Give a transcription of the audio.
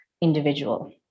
individual